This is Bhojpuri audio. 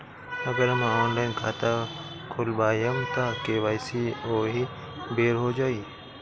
अगर हम ऑनलाइन खाता खोलबायेम त के.वाइ.सी ओहि बेर हो जाई